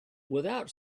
without